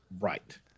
Right